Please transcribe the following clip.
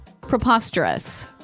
Preposterous